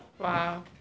Wow